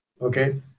Okay